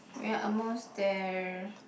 we are almost there